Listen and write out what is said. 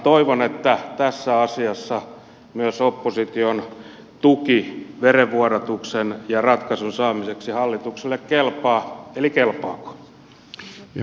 toivon että tässä asiassa myös opposition tuki verenvuodatuksen lopettamiseksi ja ratkaisun saamiseksi kelpaa hallitukselle eli kelpaako